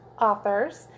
authors